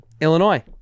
Illinois